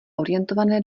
orientované